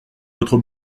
votre